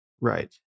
Right